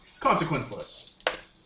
consequenceless